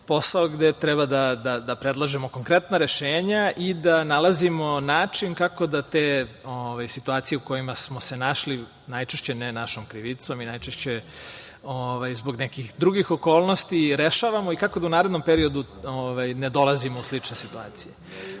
posao gde treba da predlažemo konkretna rešenja i da nalazimo način kako da te situacije u kojima smo se našli, najčešće ne našom krivicom i najčešće zbog nekih drugih okolnosti, rešavamo i kako da u narednom periodu ne dolazimo u slične situacije. Pomenuli